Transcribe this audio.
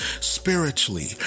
spiritually